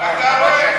במשפט האחרון, אתה רואה?